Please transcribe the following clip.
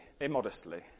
immodestly